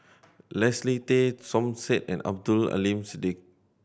Leslie Tay Som Said and Abdul Aleem Siddique